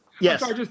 Yes